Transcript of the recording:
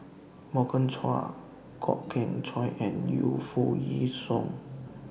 Morgan Chua Kwok Kian Chow and Yu Foo Yee Shoon